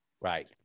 Right